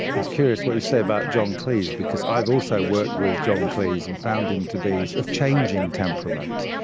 it's curious what you say about john cleese because i've also worked with john cleese and found him to be of changing temperament,